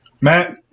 Matt